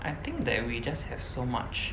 I think that we just have so much